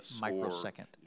microsecond